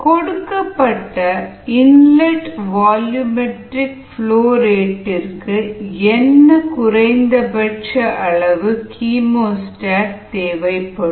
கொடுக்கப்பட்ட inlet volumetric flow ரேட்க்கு என்ன குறைந்தபட்ச அளவுள்ள கீமோஸ்டாட் தேவைப்படும்